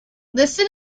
listen